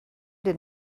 did